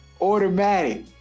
automatic